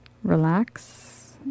Relax